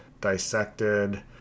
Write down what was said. dissected